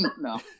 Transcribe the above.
No